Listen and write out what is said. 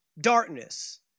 darkness